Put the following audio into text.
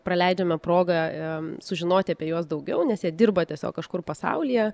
praleidžiame progą sužinoti apie juos daugiau nes jie dirba tiesiog kažkur pasaulyje